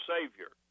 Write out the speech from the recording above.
Savior